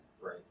Right